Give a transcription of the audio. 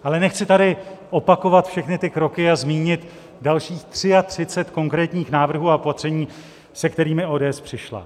Ale nechci tady opakovat všechny ty kroky a zmínit dalších 33 konkrétních návrhů a opatření, se kterými ODS přišla.